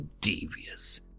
devious